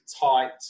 tight